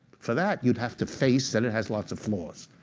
for that, you'd have to face that it has lots of flaws.